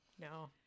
no